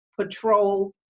patrol